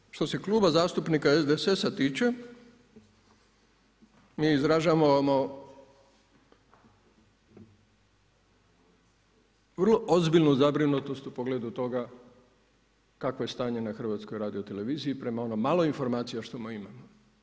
Dakle što se Kluba zastupnika SDSS-a tiče mi izražavamo vrlo ozbiljnu zabrinutost u pogledu toga kakvo je stanje na HRT-u prema ono malo informacija što imamo.